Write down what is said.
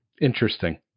interesting